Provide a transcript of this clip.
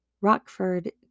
Rockford